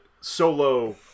Solo